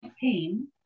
pain